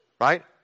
right